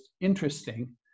interesting